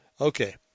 Okay